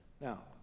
Now